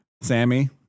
Sammy